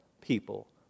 people